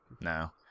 No